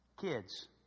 Kids